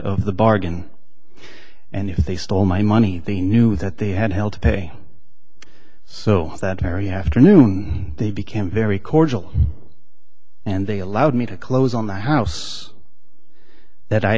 of the bargain and if they stole my money they knew that they had hell to pay so that very afternoon they became very cordial and they allowed me to close on the house that i